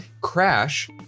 Crash